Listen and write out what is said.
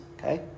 okay